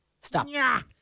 Stop